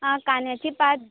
आं कांद्याची